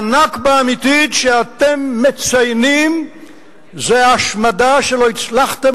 ה"נכבה" האמיתית שאתם מציינים זה ההשמדה שלא הצלחתם